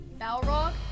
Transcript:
Balrog